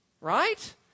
Right